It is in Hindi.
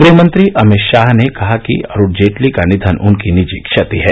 गृहमंत्री अमित शाह ने कहा कि अरुण जेटली का निधन उनकी निजी क्षति है